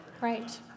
Right